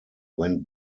went